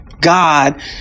God